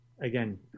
Again